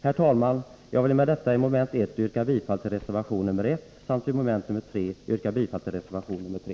Herr talman! Jag vill med detta under mom. 1 yrka bifall till reservation 1 samt under mom. 3 yrka bifall till reservation 3.